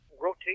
Rotate